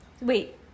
Wait